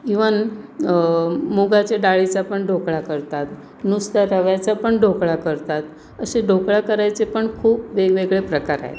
even मुगाच्या डाळीचा पण ढोकळा करतात नुसत्या रव्याचा पण ढोकळा करतात असे ढोकळा करायचे पण खूप वेगवेगळे प्रकार आहेत